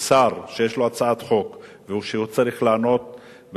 ששר שיש לו הצעת החוק או שצריך לענות על